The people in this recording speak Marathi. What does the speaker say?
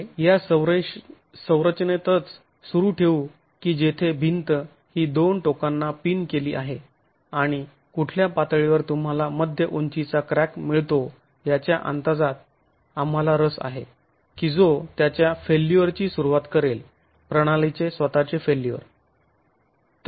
पुढे या संरचनेतच सुरू ठेवू की जेथे भिंत ही दोन टोकांना पिन केली आहे आणि कुठल्या पातळीवर तुम्हाला मध्य उंचीचा क्रॅक मिळतो याच्या अंदाजात आम्हाला रस आहे की जो त्याच्या फेल्युअरची सुरुवात करेल प्रणालीचे स्वतःचे फेल्युअर